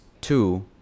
two